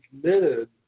committed